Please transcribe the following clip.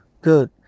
Good